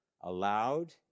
allowed